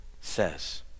says